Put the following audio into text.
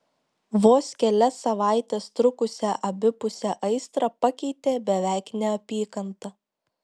vos kelias savaites trukusią abipusę aistrą pakeitė beveik neapykanta